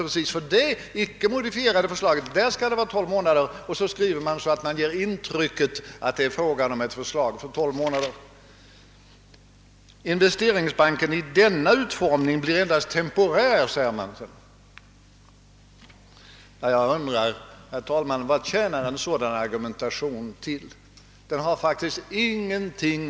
Regeringen vägrar — för att ta en annan sida av dess politik — att modernisera skattesystemet. även detta ut övar ett negativt inflytande på vårt näringslivs möjligheter. Men i dag gäller det ändå främst kapitalmarknadsproblemen, herr talman.